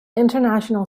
international